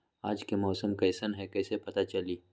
आज के मौसम कईसन हैं कईसे पता चली?